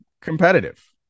competitive